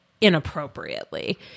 inappropriately